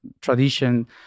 tradition